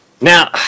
Now